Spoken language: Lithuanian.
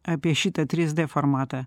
apie šitą trys d formatą